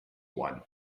one